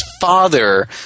father